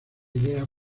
idea